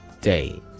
day